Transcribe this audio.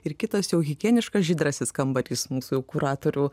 ir kitas jau higieniškas žydrasis kambarys mūsų jau kuratorių